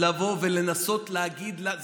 לבוא ולנסות להגיד לנו,